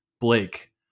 Blake